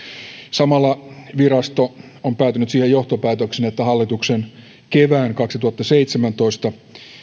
samalla virasto on päätynyt siihen johtopäätökseen että hallituksen kevään kaksituhattaseitsemäntoista